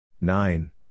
nine